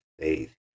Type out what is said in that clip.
faith